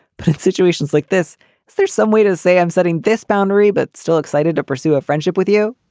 but in situations like this, if there's some way to say i'm setting this boundary but still excited to pursue a friendship with you